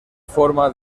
forma